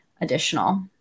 additional